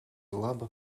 laba